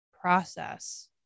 process